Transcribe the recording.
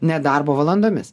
nedarbo valandomis